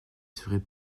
serait